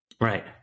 Right